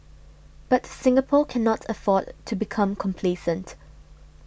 but Singapore cannot afford to become complacent